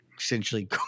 essentially